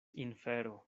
infero